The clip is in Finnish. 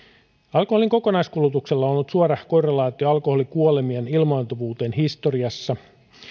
alkoholin kokonaiskulutuksella on ollut suora korrelaatio alkoholikuolemien ilmaantuvuuteen historiassa